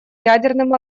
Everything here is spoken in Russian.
ядерным